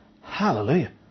Hallelujah